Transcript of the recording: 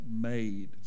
made